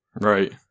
Right